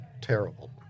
terrible